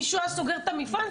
מישהו היה סוגר את המפעל?